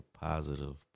positive